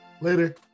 Later